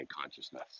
consciousness